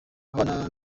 abana